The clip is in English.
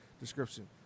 description